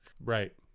Right